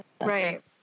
Right